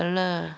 ya lah